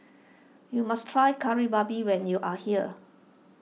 you must try Kari Babi when you are here